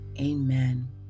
Amen